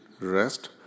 rest